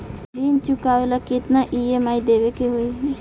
ऋण चुकावेला केतना ई.एम.आई देवेके होई?